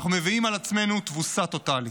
אנחנו מביאים על עצמנו תבוסה טוטלית,